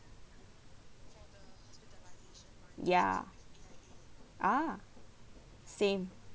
ya ah same